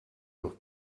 noch